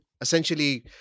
essentially